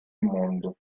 mondo